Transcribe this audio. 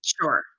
Sure